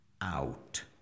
out